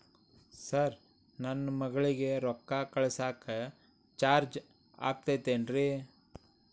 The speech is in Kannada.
ಸರ್ ನನ್ನ ಮಗಳಗಿ ರೊಕ್ಕ ಕಳಿಸಾಕ್ ಚಾರ್ಜ್ ಆಗತೈತೇನ್ರಿ?